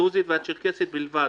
הדרוזית והצ'רקסית בלבד,